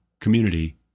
community